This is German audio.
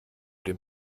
dem